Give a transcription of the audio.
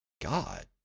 God